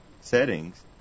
settings